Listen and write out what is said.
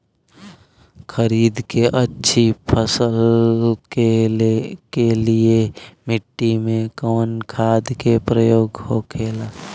खरीद के अच्छी फसल के लिए मिट्टी में कवन खाद के प्रयोग होखेला?